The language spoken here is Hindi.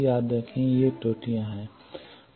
याद रखें कि ये त्रुटियां हैं